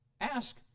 Ask